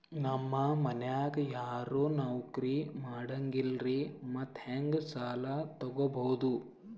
ನಮ್ ಮನ್ಯಾಗ ಯಾರೂ ನೌಕ್ರಿ ಮಾಡಂಗಿಲ್ಲ್ರಿ ಮತ್ತೆಹೆಂಗ ಸಾಲಾ ತೊಗೊಬೌದು?